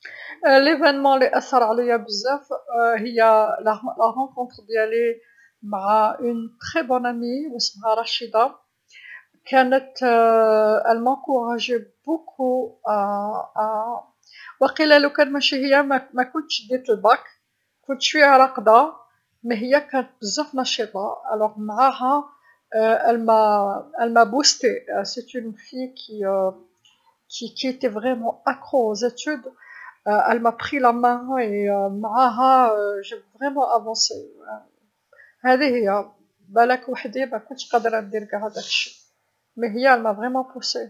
الحدث لأثر عليا بزاف هي ملاقيا تاعي مع صديقه عزيزه عليا بزاف واسمها رشيده، كانت تشجعني بزاف وقيلا لوكان مشي هي مكنتش ديت الباك، كنت شويا راقده بصح هي كانت بزاف نشيطه علابيها معاها، دفعتني، هي بنت لكانت مهووسه بقرايتها، حكمتلي يدي و معاها تقدمت نيشان، هاذي هي، بلاك وحدي مكنتش قادرا ندير هذا شي بصح هي دفعتني نيشان.